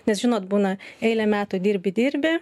nes žinot būna eilę metų dirbi dirbi